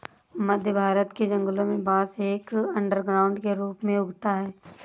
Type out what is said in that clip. मध्य भारत के जंगलों में बांस एक अंडरग्राउंड के रूप में उगता है